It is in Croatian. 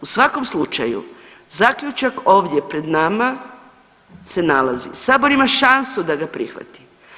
U svakom slučaju zaključak ovdje pred nama se nalazi, sabor ima šansu da ga prihvati.